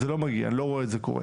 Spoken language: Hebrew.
זה לא מגיע, אני לא רואה את זה קורה.